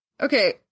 okay